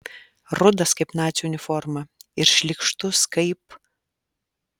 rudas kaip nacių uniforma ir šlykštus kaip